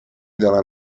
دانم